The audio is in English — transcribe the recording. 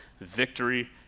victory